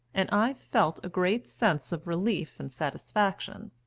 and i felt a great sense of relief and satisfaction.